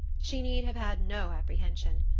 she need have had no apprehension.